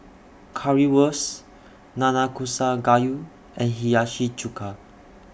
Currywurst Nanakusa Gayu and Hiyashi Chuka